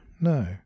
no